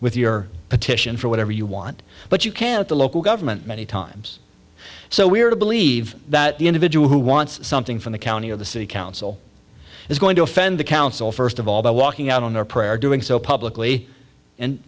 with your petition for whatever you want but you can't the local government many times so we're to believe that the individual who wants something from the county or the city council is going to offend the council first of all by walking out on a prayer or doing so publicly